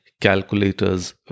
calculators